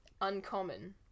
uncommon